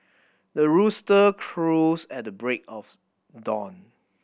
the rooster crows at the break of dawn